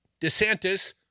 DeSantis